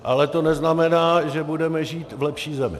Ale to neznamená, že budeme žít v lepší zemi.